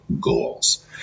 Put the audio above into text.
goals